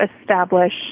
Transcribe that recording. establish